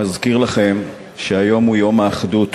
אני מזכיר לכם שהיום הוא יום האחדות,